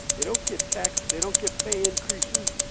they don't get tax they don't get pay increases,